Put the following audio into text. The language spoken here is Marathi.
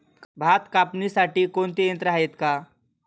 भात कापणीसाठी कोणते यंत्र आहेत का?